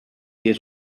his